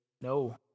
no